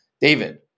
David